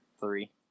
three